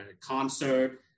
concert